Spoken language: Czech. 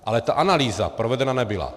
Ale ta analýza provedena nebyla.